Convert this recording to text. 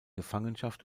gefangenschaft